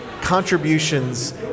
contributions